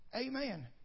amen